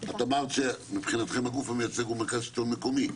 את אמרת שמבחינתכם הגוף המייצג הוא מרכז השלטון המקומי.